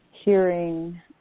Hearing